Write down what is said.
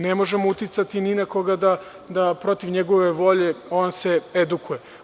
Ne možemo uticati ni na koga da protiv njegove volje se on edukuje.